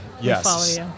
Yes